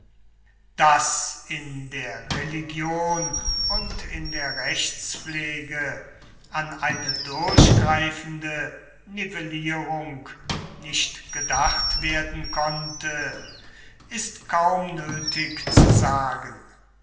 daß in der religion und in der rechtspflege an eine durchgreifende nivellierung nicht gedacht werden konnte ist kaum nötig zu sagen